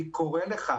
אני קורא לך,